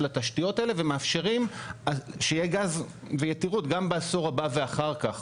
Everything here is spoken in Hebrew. התשתיות האלה ומאפשרים שיהיה גז ויתירות גם בעשור הבא ואחר כך.